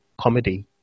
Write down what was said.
comedy